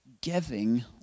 giving